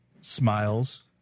smiles